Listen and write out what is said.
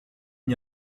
n’y